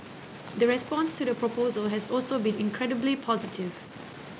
the response to the proposal has also been incredibly positive